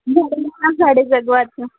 झाडे जगवायचं